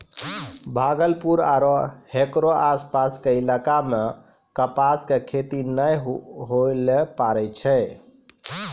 भागलपुर आरो हेकरो आसपास के इलाका मॅ कपास के खेती नाय होय ल पारै छै